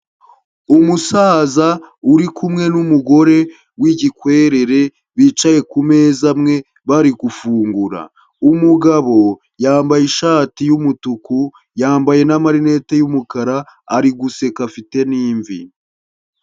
Umusaza uri kumwe n'umugore w'igikwerere bicaye ku meza amwe bari gufungura, umugabo yambaye ishati y'umutuku yambaye n'amarinete y'umukara, ari guseka afite n'imvi.